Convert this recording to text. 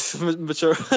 Mature